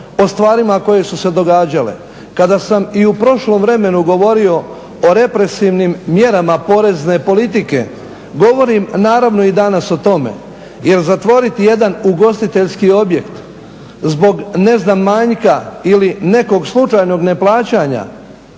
o stvarima koje su se događale. Kada sam i u prošlom vremenu govorio o represivnim mjerama porezne politike, govorim naravno i danas o tome. Jer zatvoriti jedan ugostiteljski objekt zbog ne znam manjka ili nekog slučajnoj neplaćanja